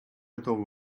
готовы